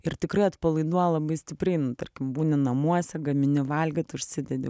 ir tikrai atpalaiduoja labai stipriai tarkim būni namuose gamini valgyt užsidedi